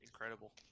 incredible